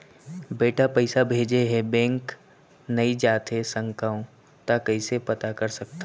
बेटा पइसा भेजे हे, बैंक नई जाथे सकंव त कइसे पता कर सकथव?